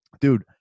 dude